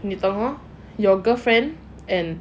你的 hor your girlfriend and